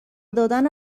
دادن